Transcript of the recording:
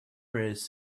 prayers